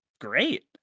great